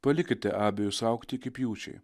palikite abejus augti iki pjūčiai